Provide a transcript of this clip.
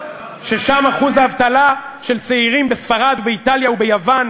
ששם אחוז האבטלה של צעירים, בספרד, באיטליה וביוון